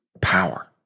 power